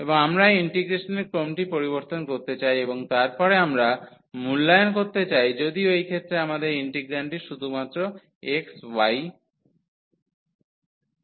এবং আমরা ইন্টিগ্রেশনের ক্রমটি পরিবর্তন করতে চাই এবং তারপরে আমরা মূল্যায়ন করতে চাই যদিও এই ক্ষেত্রে আমাদের ইন্টিগ্রান্ডটি শুধুমাত্র xy